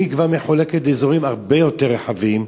היא כבר מחולקת לאזורים הרבה יותר רחבים,